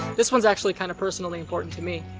this one's actually kind of personally important to me.